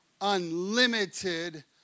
unlimited